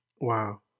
Wow